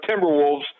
Timberwolves